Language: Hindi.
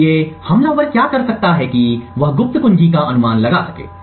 इसलिए हमलावर क्या कर सकता है कि वह गुप्त कुंजी का अनुमान लगा सके